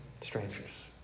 strangers